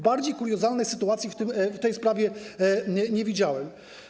Bardziej kuriozalnej sytuacji w tej sprawie nie widziałem.